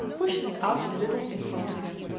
pushing it out a little in front of him.